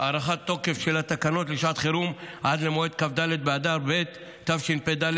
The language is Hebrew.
הארכת תוקף של התקנות לשעת חירום עד למועד כ"ד באדר ב' תשפ"ד,